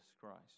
Christ